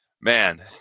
Man